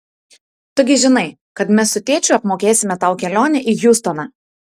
tu gi žinai kad mes su tėčiu apmokėsime tau kelionę į hjustoną